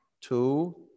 Two